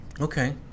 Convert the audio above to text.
Okay